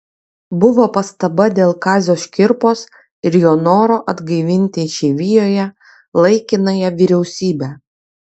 buvo pastaba dėl kazio škirpos ir jo noro atgaivinti išeivijoje laikinąją vyriausybę